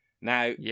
Now